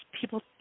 people